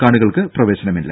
കാണികൾക്ക് പ്രവേശനമില്ല